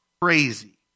crazy